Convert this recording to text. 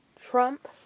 Trump